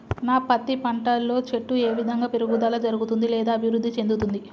నా పత్తి పంట లో చెట్టు ఏ విధంగా పెరుగుదల జరుగుతుంది లేదా అభివృద్ధి చెందుతుంది?